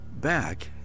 back